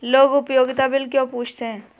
लोग उपयोगिता बिल क्यों पूछते हैं?